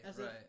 right